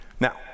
Now